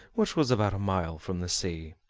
which was about a mile from the sea.